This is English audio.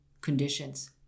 conditions